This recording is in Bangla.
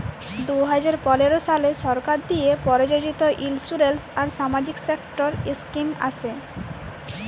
দু হাজার পলের সালে সরকার দিঁয়ে পরযোজিত ইলসুরেলস আর সামাজিক সেক্টর ইস্কিম আসে